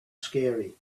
scary